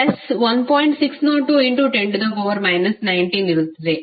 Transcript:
60210 19 ಇರುತ್ತದೆ